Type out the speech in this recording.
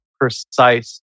precise